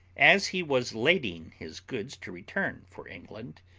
as he was lading his goods to return for england,